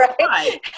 right